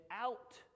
out